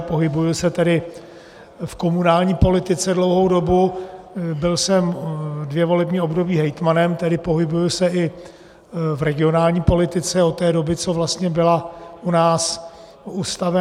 Pohybuji se tedy v komunální politice dlouhou dobu, byl jsem dvě volební období hejtmanem, tedy pohybuji se i v regionální politice od té doby, co vlastně byla u nás ustavena.